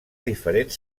diferents